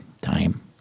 Time